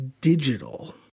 digital